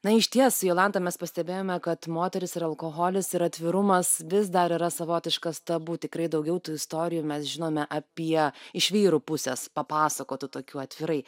na išties jolanta mes pastebėjome kad moterys ir alkoholis ir atvirumas vis dar yra savotiškas tabu tikrai daugiau tų istorijų mes žinome apie iš vyrų pusės papasakotų tokių atvirai